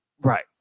Right